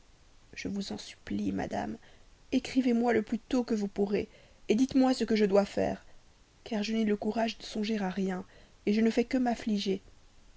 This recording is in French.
je vous en supplie madame écrivez-moi le plus tôt que vous pourrez dites-moi ce que je dois faire car je n'ai le courage de songer à rien je ne fais que m'affliger